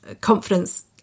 confidence